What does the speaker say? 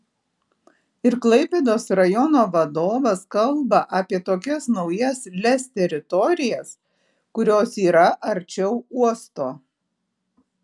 ir klaipėdos rajono vadovas kalba apie tokias naujas lez teritorijas kurios yra arčiau uosto